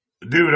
Dude